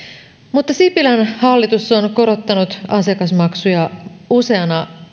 mutta sipilän hallitus on korottanut asiakasmaksuja useana